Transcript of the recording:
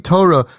Torah